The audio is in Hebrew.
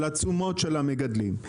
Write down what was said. של התשומות של המגדלים,